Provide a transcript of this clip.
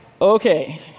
Okay